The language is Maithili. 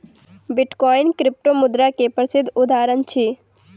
बिटकॉइन क्रिप्टोमुद्रा के प्रसिद्ध उदहारण अछि